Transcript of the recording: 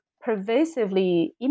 pervasively